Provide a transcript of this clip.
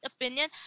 opinion